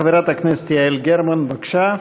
חברת הכנסת יעל גרמן, בבקשה.